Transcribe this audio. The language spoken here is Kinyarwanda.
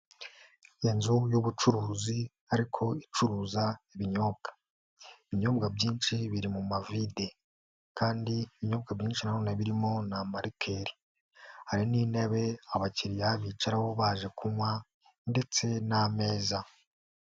Inzu y'ubucuruzi ariko icuruza ibinyobwa. Ibinyobwa byinshi biri mu mavide, kandi ibinyobwa byinshi nanone birimo ni amalikeri hari n'intebe abakiriya bicaraho baje kunywa ndetse n'ameza.